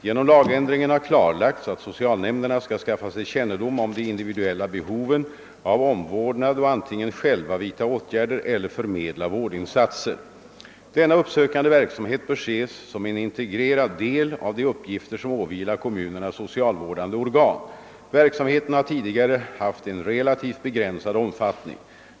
Genom lagändringen har klarlagts att socialnämnderna skall skaffa sig kännedom om de individuella behoven av omvårdnad och antingen själva vidta åtgärder eller förmedla vårdinsatser. Denna uppsökande verksamhet bör ses som en integrerad del av de uppgifter som åvilar kommunernas socialvårdande organ. Verksamheten har tidigare haft en relativt begränsad omfattning.